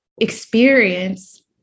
experience